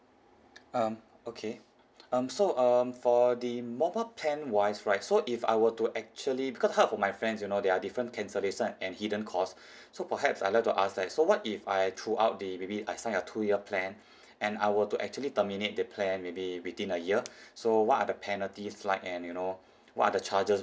um okay um so um for the mobile plan wise right so if I were to actually because heard from my friends you know there are different cancellation and hidden cost so perhaps I'd like to ask like so what if I throughout the maybe I sign a two your plan and I were to actually terminate the plan maybe within a year so what are the penalties like and you know what are the charges